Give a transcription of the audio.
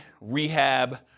rehab